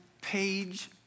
page